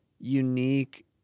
unique